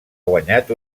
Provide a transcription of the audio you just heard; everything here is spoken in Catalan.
guanyat